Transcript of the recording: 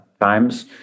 times